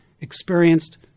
experienced